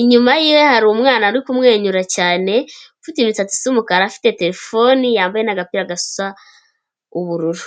Inyuma yiwe hari umwana urikumwenyura cyane ufite imisatsi isa umukara, afite terefone, yambaye n'agapira gasa ubururu.